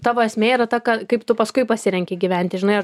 tavo esmė yra ta kad kaip tu paskui pasirenki gyventi žinai ar